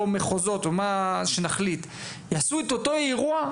מחוזות או מה שנחליט יעשו את אותו אירוע.